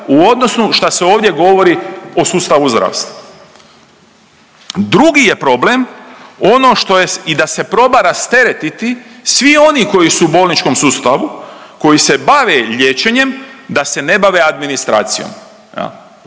u odnosu šta se ovdje govori o sustavu zdravstva. Drugi je problem ono što je i da se proba rasteretiti svi oni koji su u bolničkom sustavu koji se bave liječenjem da se ne bave administracijom